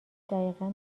دقیقا